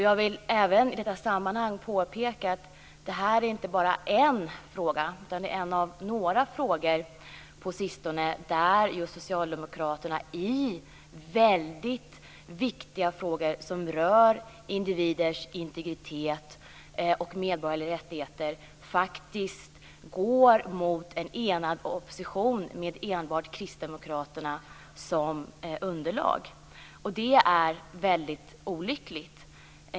Jag vill i detta sammanhang påpeka att detta inte är första gången utan en av några gånger på sistone som Socialdemokraterna i väldigt viktiga frågor som rör individers integritet och medborgerliga rättigheter faktiskt går emot en enad opposition med enbart Kristdemokraterna som underlag. Det är väldigt olyckligt.